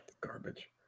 Garbage